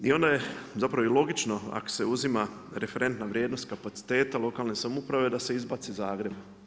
I onda je logično ako se uzima referenta vrijednost kapaciteta lokalne samouprave da se izbaci Zagreb.